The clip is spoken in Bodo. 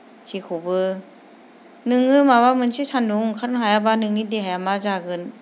जेखौबो नोङो माबा मोनसे सानदुंआव ओंखारनो हायाब्ला नोंनि देहाया मा जागोन